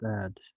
bad